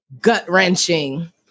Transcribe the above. gut-wrenching